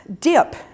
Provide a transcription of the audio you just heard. dip